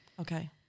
Okay